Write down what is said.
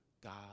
God